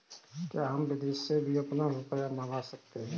क्या हम विदेश से भी अपना रुपया मंगा सकते हैं?